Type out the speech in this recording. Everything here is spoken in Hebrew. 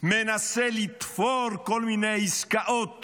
לתפור כל מיני עסקאות